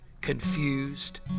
confused